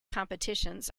competitions